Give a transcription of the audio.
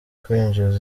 kwinjiza